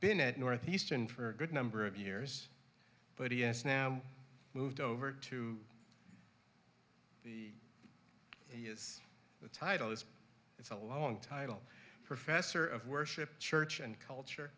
been at northeastern for a good number of years but he has now moved over to he is the title this is a long title professor of worship church and culture